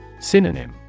Synonym